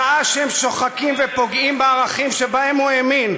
שעה שהם שוחקים ופוגעים בערכים שבהם הוא האמין.